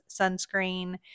sunscreen